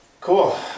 Cool